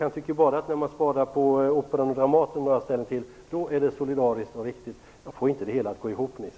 Han tycker bara att det är solidariskt och riktigt när man sparar på Operan och Dramaten. Jag får inte det hela att gå ihop, Nils